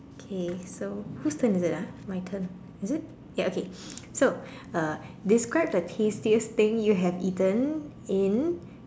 okay so whose turn is it ah my turn is it ya okay so describe uh the tastiest thing you have eaten in